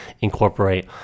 incorporate